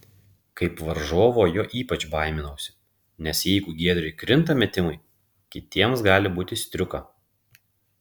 kaip varžovo jo ypač baiminausi nes jeigu giedriui krinta metimai kitiems gali būti striuka